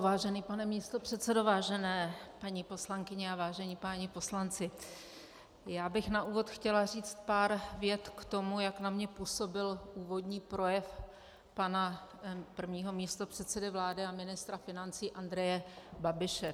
Vážený pane místopředsedo, vážené paní poslankyně a vážení páni poslanci, na úvod bych chtěla říct pár vět o tom, jak na mě působil úvodní projev pana prvního místopředsedy vlády a ministra financí Andreje Babiše.